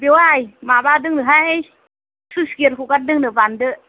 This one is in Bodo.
बेवाय माबादों नोहाय स्लुइस गेट हगारदों नो बान्दो